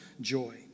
joy